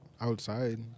Outside